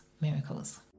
miracles